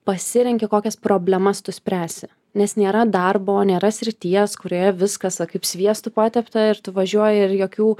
pasirenki kokias problemas tu spręsi nes nėra darbo nėra srities kurioje viskas va kaip sviestu patepta ir tu važiuoji ir jokių